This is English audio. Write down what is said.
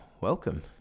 Welcome